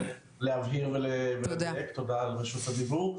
תודה על רשות הדיבור.